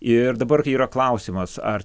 ir dabar kai yra klausimas ar